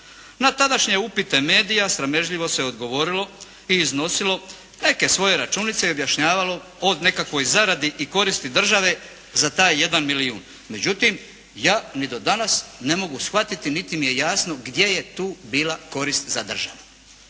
Na tadašnje upite medija sramežljivo se odgovorilo i iznosilo neke svoje računice i objašnjavalo o nekakvoj zaradi i koristi države za taj jedan milijun. Međutim, ja ni do danas ne mogu shvatiti niti mi je jasno gdje je tu bila korist za državu.